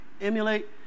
emulate